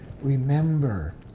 Remember